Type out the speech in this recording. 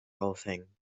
aufhängen